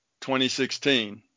2016